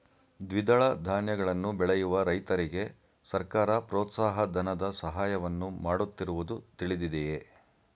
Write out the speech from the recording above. ದ್ವಿದಳ ಧಾನ್ಯಗಳನ್ನು ಬೆಳೆಯುವ ರೈತರಿಗೆ ಸರ್ಕಾರ ಪ್ರೋತ್ಸಾಹ ಧನದ ಸಹಾಯವನ್ನು ಮಾಡುತ್ತಿರುವುದು ತಿಳಿದಿದೆಯೇ?